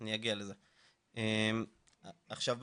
עכשיו,